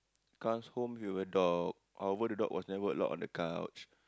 Carl's home viewer dog our dog was never allowed on the couch